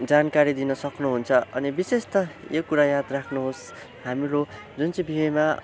जानकारी दिन सक्नुहुन्छ अनि विशेष त यो कुरा याद राख्नुहोस् हाम्रो जुन चाहिँ बिहेमा